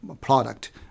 product